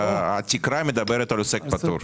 התקרה מדברת על עוסק פטור.